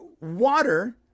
water